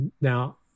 Now